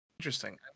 Interesting